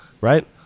right